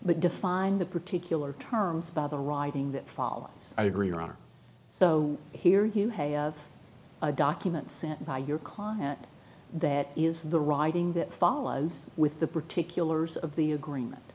but define the particular terms by the riding that follows i agree on so here you have a document sent by your client that is the writing that follows with the particulars of the agreement